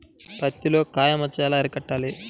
పత్తిలో కాయ మచ్చ ఎలా అరికట్టాలి?